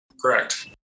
Correct